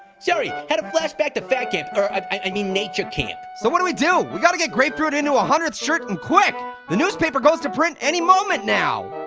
sorry, had a flashback to fat camp. err i mean nature camp. so what do we do? we gotta get grapefruit into a hundredth shirt, and quick! the newspaper goes to print any moment now.